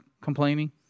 complaining